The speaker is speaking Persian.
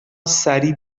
سریع